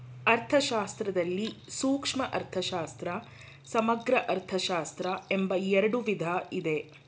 ಅರ್ಥಶಾಸ್ತ್ರದಲ್ಲಿ ಸೂಕ್ಷ್ಮ ಅರ್ಥಶಾಸ್ತ್ರ, ಸಮಗ್ರ ಅರ್ಥಶಾಸ್ತ್ರ ಎಂಬ ಎರಡು ವಿಧ ಇದೆ